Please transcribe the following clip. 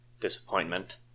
disappointment